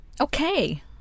Okay